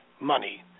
money